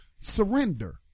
surrender